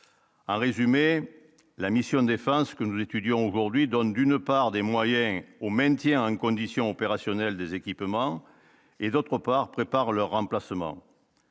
En résumé, la mission défense que nous étudions aujourd'hui donne d'une part des moyens au maintien en condition opérationnelle des équipements et, d'autre part, préparent leur remplacement.